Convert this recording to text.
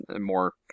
more